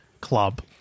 club